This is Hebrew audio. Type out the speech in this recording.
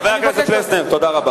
הטעם האחד, חבר הכנסת פלסנר, תודה רבה.